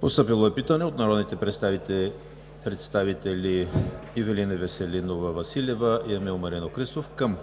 Постъпило е питане от народните представители Ивелина Веселинова Василева и Емил Маринов Христов към